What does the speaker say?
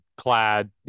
clad